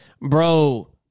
bro